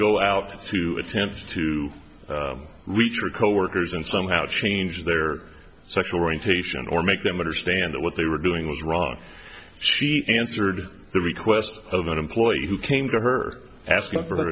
go out to attempt to reach your coworkers and somehow change their sexual orientation or make them understand that what they were doing was wrong she answered the request of an employee who came to her asking for